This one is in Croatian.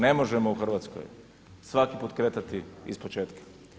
Ne možemo u Hrvatskoj svaki put kretati ispočetka.